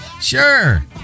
Sure